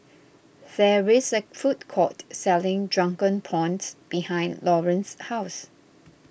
there is a food court selling Drunken Prawns behind Lawrance's house